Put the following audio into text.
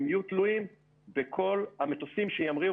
הם יהיו תלויים בכל המטוסים שימריאו